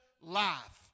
life